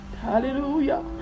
hallelujah